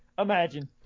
Imagine